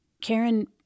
Karen